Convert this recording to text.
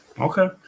okay